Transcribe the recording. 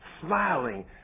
smiling